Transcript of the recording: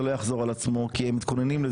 זה לא יחזור על עצמו כי הם מתכוננים לזה.